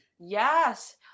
Yes